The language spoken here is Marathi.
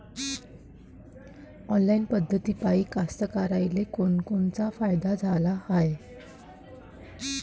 ऑनलाईन पद्धतीपायी कास्तकाराइले कोनकोनचा फायदा झाला हाये?